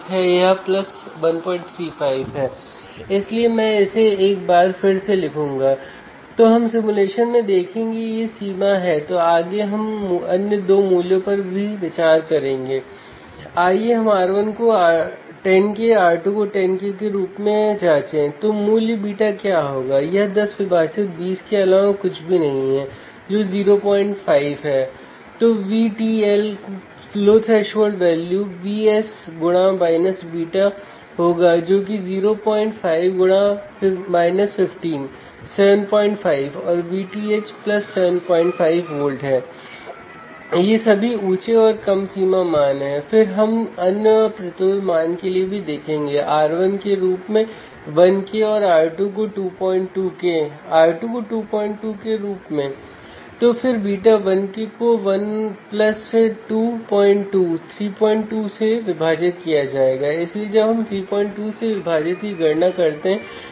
हम instrumentation amplifier पर voltage V1 और वोल्टेज V2 लगाते हैं लेकिन इससे पहले हम इंस्ट्रूमेंटेशन एम्पलीफायर में वोल्टेज V1 और V2 लागू करें हमें इस वोल्टेज को फ़ंक्शन जेनरेटर में समायोजित करना होगा